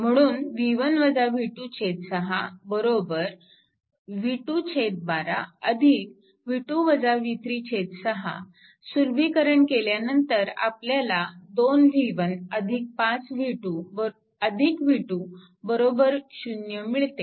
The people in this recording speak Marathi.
म्हणून 6 v2 12 6 सुलभीकरण केल्यानंतर आपल्याला 2 v1 5 v2 v2 0 मिळते